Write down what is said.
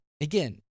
again